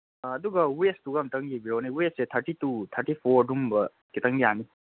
ꯑꯥ ꯑꯗꯨꯒ ꯋꯦꯁꯇꯨꯒ ꯑꯝꯇꯪ ꯌꯦꯡꯕꯤꯔꯛꯎꯅꯦ ꯋꯦꯁꯁꯦ ꯊꯥꯔꯇꯤ ꯇꯨ ꯊꯥꯔꯇꯤ ꯐꯣꯔ ꯑꯗꯨꯝꯕ ꯈꯤꯇꯪ ꯌꯥꯅꯤ